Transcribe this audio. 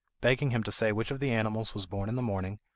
begging him to say which of the animals was born in the morning,